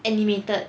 animated